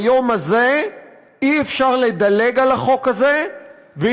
ביום הזה אי-אפשר לדלג על החוק הזה ואי-אפשר